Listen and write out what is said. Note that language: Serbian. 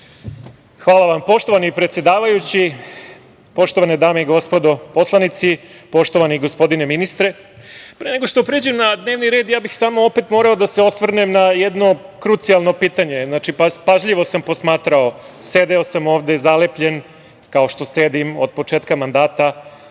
Hvala vam. Poštovani predsedavajući, poštovane dame i gospodo poslanici, poštovani gospodine ministre, pre nego što pređem na dnevni red, ja bih samo opet morao da se osvrnem na jedno krucijalno pitanje. Pažljivo sam posmatrao, sedeo sam ovde zalepljen, kao što sedim od početka mandata